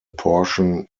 portion